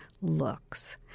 looks